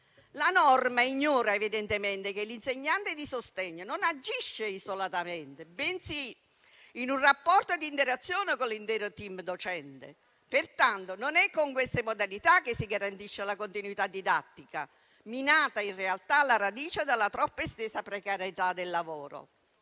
La norma ignora evidentemente che l'insegnante di sostegno non agisce isolatamente, bensì in un rapporto di interazione con l'intero *team* docente. Non è pertanto con queste modalità che si garantisce la continuità didattica, minata in realtà alla radice dalla troppo estesa precarietà del lavoro.